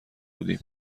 بودیم